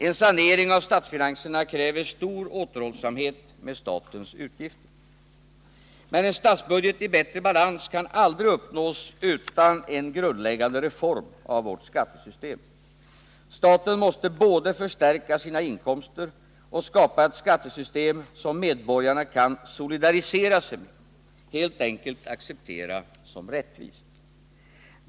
En sanering av statsfinanserna kräver stor återhållsamhet med statens utgifter. Men en statsbudget i bättre balans kan aldrig uppnås utan en grundläggande reform av vårt skattesystem. Staten måste både förstärka sina inkomster och skapa ett skattesystem som medborgarna kan solidarisera sig med, helt enkelt acceptera som rättvist.